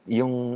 yung